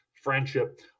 friendship